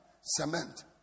cement